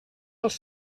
dels